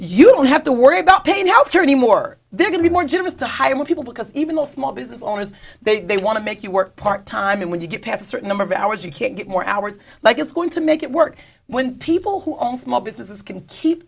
you don't have to worry about paying how can any more they're going to be more generous to hire more people because even the small business owners they want to make you work part time and when you get past a certain number of hours you can't get more hours like it's going to make it work when people who own small businesses can